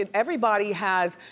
and everybody has,